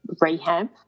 rehab